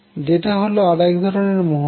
যেটা হল আর এক ধরনের মহত্ব